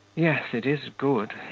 yes, it is good,